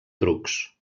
trucs